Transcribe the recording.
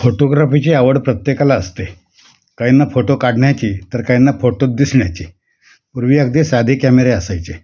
फोटोग्राफीची आवड प्रत्येकाला असते काहींना फोटो काढण्याची तर काहींना फोटोत दिसण्याची पूर्वी अगदी साधे कॅमेरे असायचे